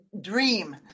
dream